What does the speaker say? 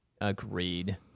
Agreed